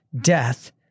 death